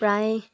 প্ৰায়